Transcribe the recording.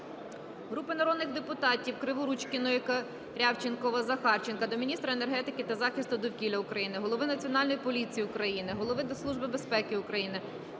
Групи народних депутатів (Криворучкіної, Корявченкова, Захарченка) до міністра енергетики та захисту довкілля України, Голови Національної поліції України, Голови Служби безпеки України,